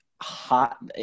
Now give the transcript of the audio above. hot